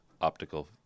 optical